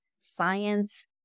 science